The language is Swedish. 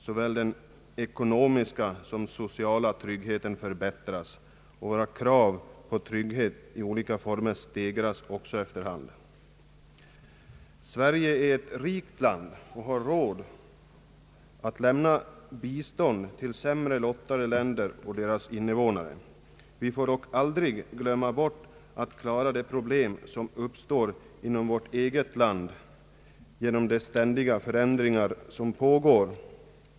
Såväl den ekonomiska som den sociala tryggheten förbättras, och våra krav på trygghet i olika former stegras efter hand. Sverige är ett rikt land och har råd att lämna bistånd till sämre lottade länder och deras invånare. Vi får dock aldrig glömma bort att klara de problem som uppstår inom vårt eget land genom de ständiga förändringar som pågår.